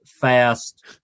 fast